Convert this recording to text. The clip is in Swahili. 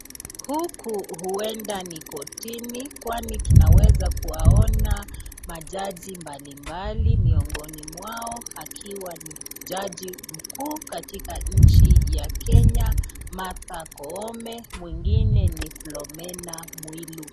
Huku huenda ni kortini kwani tunaweza kuwaona majaji mbalimbali miongoni mwao akiwa ni jaji mkuu katika nchi ya Kenya, Martha Koome, mwingine ni Flomena Mwilu.